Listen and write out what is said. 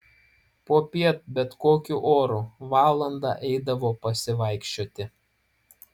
popiet bet kokiu oru valandą eidavo pasivaikščioti